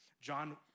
John